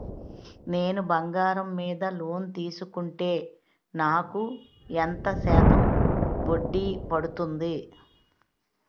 నేను బంగారం మీద లోన్ తీసుకుంటే నాకు ఎంత శాతం వడ్డీ పడుతుంది?